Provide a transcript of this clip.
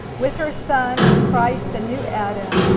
with her son, christ the new adam,